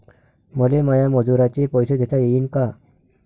मले माया मजुराचे पैसे देता येईन का?